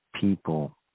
people